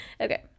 okay